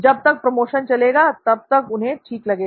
जब तक प्रोमोशन चलेगा तब तक उन्हें ठीक लगेगा